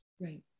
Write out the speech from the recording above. Right